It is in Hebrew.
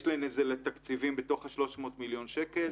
יש להם לזה תקציבים בתוך ה-300 מיליון שקל.